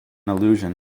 allusion